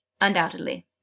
Undoubtedly